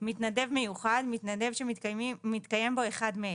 "מתנדב מיוחד" - מתנדב שמתקיים בו אחד מאלה: